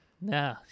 no